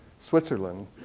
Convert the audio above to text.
Switzerland